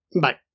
Bye